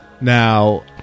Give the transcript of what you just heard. Now